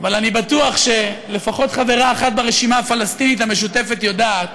אבל אני בטוח שלפחות חברה אחת ברשימה הפלסטינית המשותפת יודעת